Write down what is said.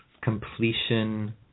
completion